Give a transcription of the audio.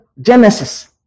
Genesis